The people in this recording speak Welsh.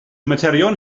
materion